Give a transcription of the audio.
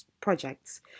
projects